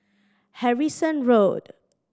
Harrison Road